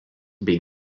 bei